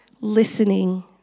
listening